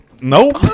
Nope